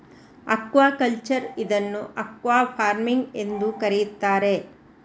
aquaculture ಇದನ್ನು aquafarming ಎಂದೂ ಕರೆಯುತ್ತಾರೆ